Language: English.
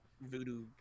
voodoo